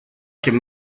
can